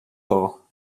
law